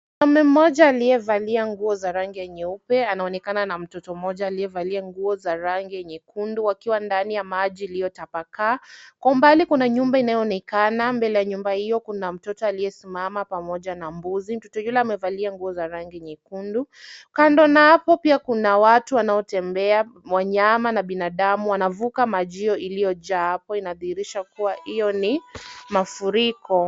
Mwanaume mmoja aliyevalia nguo za rangi ya nyeupe anaonekana na mtoto mmoja aliyevalia nguo za rangi ya nyekundu wakiwa ndani ya maji iliyotapakaa. Kwa umbali kuna nyumba inayoonekana. Mbele ya nyumba hiyo kuna mtoto aliyesimama pamoja na mbuzi. Mtoto yule amevalia nguo za rangi nyekundu. Kando na hapo pia kuna watu wanaotembea, wanyama na binadamu wanavuka maji hiyo iliyojaa hapo. Inadhihirisha kuwa hiyo ni mafuriko.